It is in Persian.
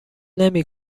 نمی